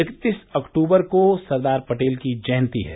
इक्कतीस अक्तूबर को सरदार पटेल की जयंती है